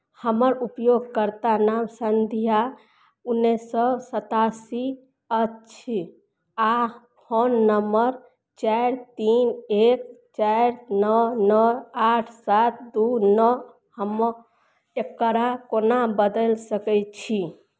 हमर उपयोगकर्ता नाम संध्या उन्नैस सए सतासी अछि आह फोन नंबर चारि तीन एक चारि नओ नओ आठ सात दू नओ हमे एकरा कोना बदलि सकैत छी